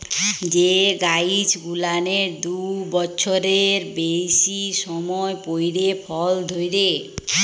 যে গাইছ গুলানের দু বচ্ছরের বেইসি সময় পইরে ফল ধইরে